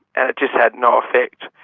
and it just had no effect.